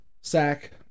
sack